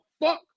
fuck